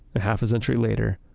a half a century later,